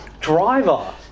Driver